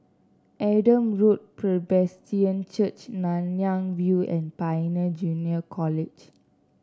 Adam Road Presbyterian Church Nanyang View and Pioneer Junior College